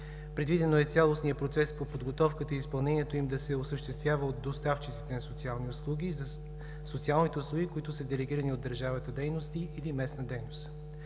Предвидено е цялостният процес по подготовката и изпълнението им да се осъществява от доставчиците на социалните услуги, които са делегирани от държавата дейности или местна дейност.